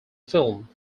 film